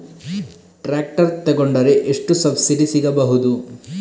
Tractor ತೊಕೊಂಡರೆ ಎಷ್ಟು subsidy ಸಿಗಬಹುದು?